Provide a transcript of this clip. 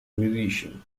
musician